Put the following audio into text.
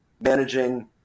managing